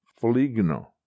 Foligno